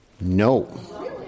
No